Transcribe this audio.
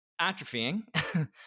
atrophying